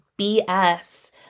BS